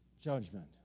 Judgment